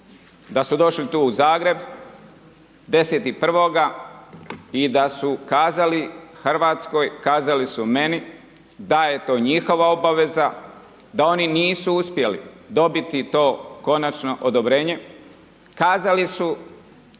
da su došli tu u Zagreb, 10.1. i da su kazali Hrvatskoj, kazali su meni, da je to njihova obaveza, da oni nisu uspjeli dobiti to konačno odobrenje. Kazali su